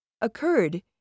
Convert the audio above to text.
occurred